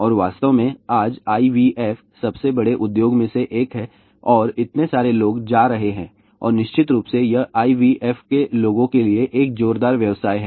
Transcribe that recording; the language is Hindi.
और वास्तव में आज IVF सबसे बड़े उद्योग में से एक है और इतने सारे लोग जा रहे हैं और निश्चित रूप से यह IVF लोगों के लिए एक जोरदार व्यवसाय है